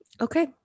Okay